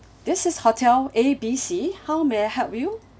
this is hotel A B C how may I help you